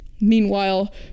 Meanwhile